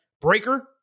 Breaker